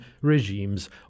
regimes